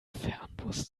fernbus